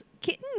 kitten